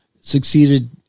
succeeded